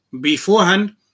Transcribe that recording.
beforehand